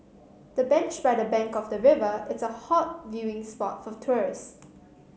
the bench by the bank of the river is a hot viewing spot for tourists